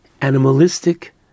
animalistic